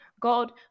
God